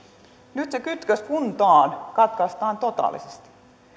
nyt se kytkös kuntaan katkaistaan totaalisesti